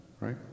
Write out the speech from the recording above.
right